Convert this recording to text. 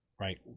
Right